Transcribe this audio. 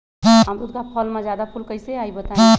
अमरुद क फल म जादा फूल कईसे आई बताई?